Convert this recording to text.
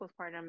postpartum